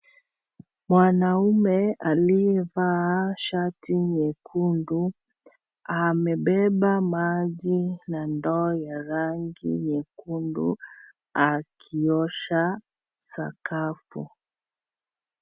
Mwanaume aliyevaa shati nyekundu. Amebeba maji na ndoo ya rangi nyekundu, akiosha sakafu.